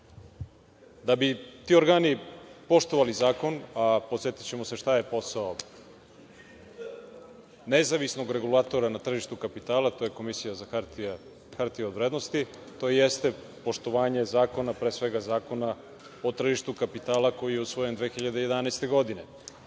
Da bi ti organi poštovani zakon, a podsetićemo se šta je posao Nezavisnog regulatora na tržištu kapitala, to je Komisija za hartije od vrednosti, to jeste poštovanje zakona, pre svega Zakona o tržištu kapitala koji je usvojen 2011. godine. Ja